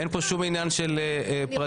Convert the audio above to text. אין שום עניין של פרטיות.